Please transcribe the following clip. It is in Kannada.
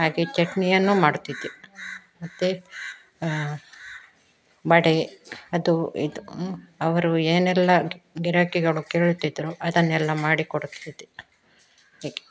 ಹಾಗೆ ಚಟ್ನಿಯನ್ನು ಮಾಡುತ್ತಿದ್ದೆ ಮತ್ತು ವಡೆ ಅದು ಇದು ಅವರು ಏನೆಲ್ಲ ಗಿರಾಕಿಗಳು ಕೇಳುತ್ತಿದ್ದರೋ ಅದನ್ನೆಲ್ಲ ಮಾಡಿ ಕೊಡುತ್ತಿದ್ದೆ ಹೀಗೆ